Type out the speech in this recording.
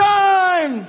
time